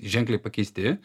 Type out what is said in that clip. ženkliai pakeisti